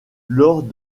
lors